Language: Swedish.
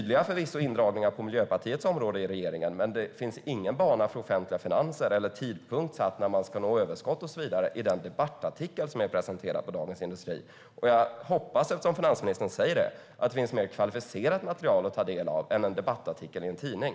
Det är förvisso tydliga indragningar på Miljöpartiets område i regeringen, men det finns ingen bana för offentliga finanser eller tidpunkt satt för när man ska nå överskott och så vidare i den debattartikel som är presenterad i Dagens Industri. Jag hoppas, eftersom finansministern säger det, att det finns ett mer kvalificerat material att ta del av än en debattartikel i en tidning.